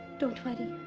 don't worry.